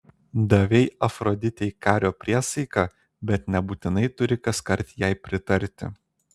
davei afroditei kario priesaiką bet nebūtinai turi kaskart jai pritarti